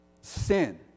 Sin